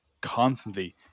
constantly